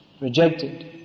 rejected